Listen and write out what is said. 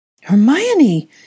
Hermione